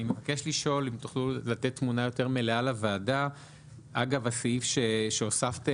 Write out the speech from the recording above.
אני מבקש אם תוכלו לתת תמונה יותר מלאה לוועדה אגב הסעיף שהוספתם.